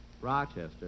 Rochester